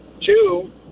Two